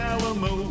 Alamo